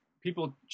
people